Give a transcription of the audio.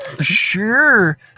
sure